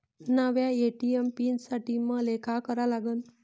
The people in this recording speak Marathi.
नव्या ए.टी.एम पीन साठी मले का करा लागन?